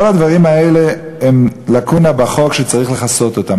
כל הדברים האלה הם לקונה בחוק, וצריך לכסות אותם.